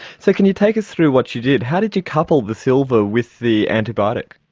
so can you take us through what you did? how did you couple the silver with the antibiotic?